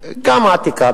גם התרבות העתיקה.